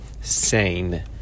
sane